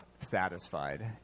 satisfied